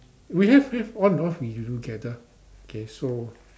we have have on and off we do gather okay so